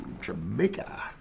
Jamaica